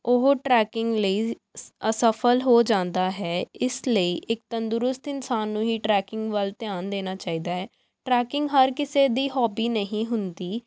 ਉਹ ਟਰੈਕਿੰਗ ਲਈ ਅ ਅਸਫਲ ਹੋ ਜਾਂਦਾ ਹੈ ਇਸ ਲਈ ਇੱਕ ਤੰਦਰੁਸਤ ਇਨਸਾਨ ਨੂੰ ਹੀ ਟਰੈਕਿੰਗ ਵੱਲ ਧਿਆਨ ਦੇਣਾ ਚਾਹੀਦਾ ਹੈ ਟਰੈਕਿੰਗ ਹਰ ਕਿਸੇ ਦੀ ਹੋਬੀ ਨਹੀਂ ਹੁੰਦੀ